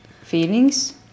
feelings